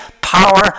power